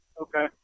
Okay